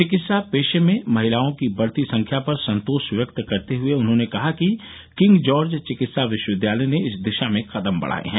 चिकित्सा पेशे में महिलाओं की बढ़ती संख्या पर संतोष व्यक्त करते हुए उन्होंने कहा कि किंग जॉर्ज चिकित्सा विश्वविद्यालय ने इस दिशा में कदम बढ़ाये हैं